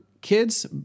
kids